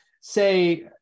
say